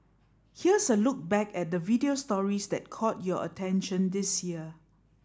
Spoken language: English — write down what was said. here's a look back at the video stories that caught your attention this year